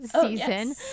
season